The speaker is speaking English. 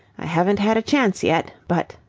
i haven't had a chance yet, but.